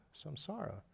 samsara